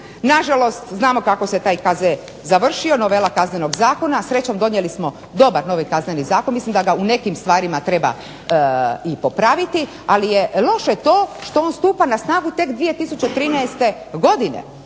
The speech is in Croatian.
Nažalost znamo kako je taj KZ završio, novela Kaznenog zakona, a srećom donijeli smo dobar novi Kazneni zakon, mislim da ga u nekim stvarima treba i popraviti ali je loše to što on stupa na snagu tek 2013. godine.